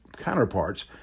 counterparts